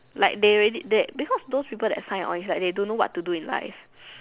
like they already they because those people that sign on don't know what to do with life